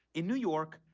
in new york,